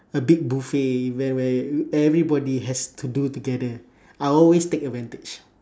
a big buffet where where everybody has to do together I'll always take advantage